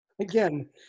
again